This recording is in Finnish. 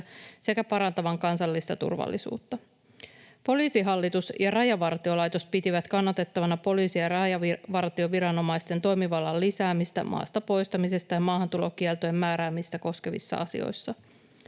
sekä parantavan kansallista turvallisuutta. Poliisihallitus ja Rajavartiolaitos pitivät kannatettavana poliisi- ja rajavartioviranomaisten toimivallan lisäämistä maasta poistamista ja maahantulokieltojen määräämistä koskevissa asioissa.